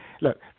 look